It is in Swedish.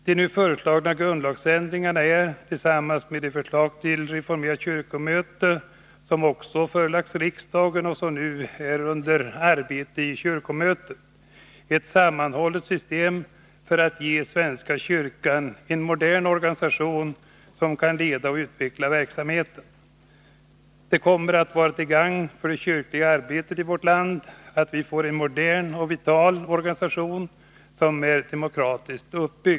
De nu föreslagna grundlagsändringarna är, tillsammans med det förslag till reformerat kyrkomöte som också förelagts riksdagen och som nu är under behandling i kyrkomötet, ett sammanhållet system för att ge svenska kyrkan en modern organisation, som kan leda och utveckla verksamheten. Nr 134 Det kommer att vara till gagn för det kyrkliga arbetet i vårt land att vi får en Torsdagen den modern och vital organisation, som är demokratiskt uppbyggd.